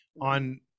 on